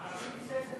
הערבים בסדר.